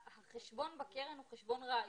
החשבון בקרן הוא חשבון רעיוני.